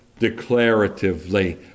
declaratively